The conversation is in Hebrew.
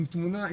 עם תמונה,